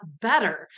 better